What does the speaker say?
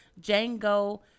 Django